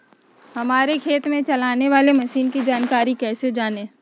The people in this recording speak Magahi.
हमारे खेत में चलाने वाली मशीन की जानकारी कैसे जाने?